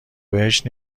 بهش